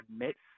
admits